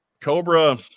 Cobra